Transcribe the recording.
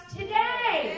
today